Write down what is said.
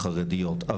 חרדיות.